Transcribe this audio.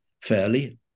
fairly